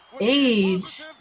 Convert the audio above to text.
age